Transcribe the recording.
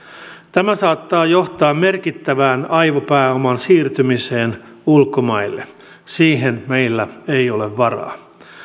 tämä saattaa johtaa merkittävään aivopääoman siirtymiseen ulkomaille siihen meillä ei ole varaa